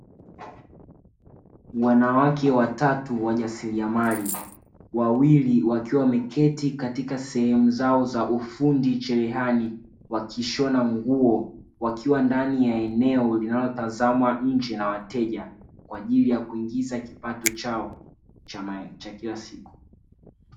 Wanawake watau wajasiriamali, wawili wao wakiwa wameketi katika sehemu zao za ufundi cherehani wakishona nguo, wakiwa ndnai ya eneo linalotzamwa nje na wateja, kwa ajili ya kuingiza kipato chao cha kila siku.